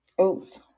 Oops